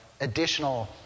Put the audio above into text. additional